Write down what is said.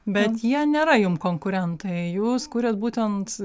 bet jie nėra jum konkurentai jūs kuriat būtent